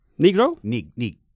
Negro